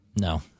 No